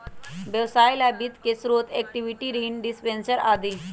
व्यवसाय ला वित्त के स्रोत इक्विटी, ऋण, डिबेंचर आदि हई